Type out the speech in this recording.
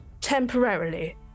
temporarily